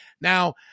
Now